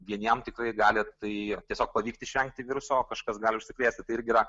vieniem tikrai gali tai tiesiog pavykti išvengti viruso o kažkas gali užsikrėsti tai irgi yra